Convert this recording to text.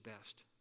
best